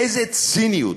איזו ציניות.